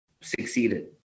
succeeded